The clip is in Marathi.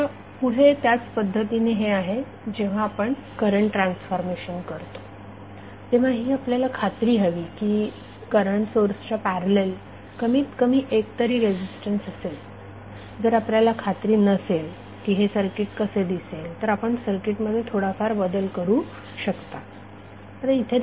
आता पुढे त्याच पद्धतीने हे आहे जेव्हा आपण करंट ट्रान्सफॉर्मेशन करतो तेव्हा ही आपल्याला खात्री हवी की करंट सोर्सच्या पॅरलल कमीत कमी एक तरी रेझीस्टन्स असेल जर आपल्याला खात्री नसेल की हे सर्किट कसे दिसेल तर आपण सर्किट मध्ये थोडाफार बदल करू शकता